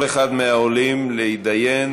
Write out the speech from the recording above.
לכל אחד מהעולים להתדיין